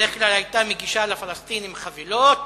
בדרך כלל, היתה מגישה לפלסטינים חבילות